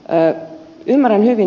ymmärrän hyvin ed